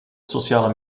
sociale